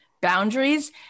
boundaries